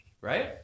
right